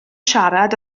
siarad